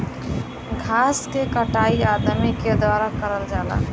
घास के कटाई अदमी के द्वारा करल जाला